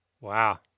Wow